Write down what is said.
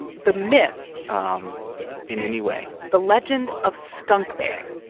and the myth. um in any way. the legend of skunk bear,